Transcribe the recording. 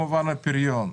הפריון.